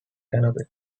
canopy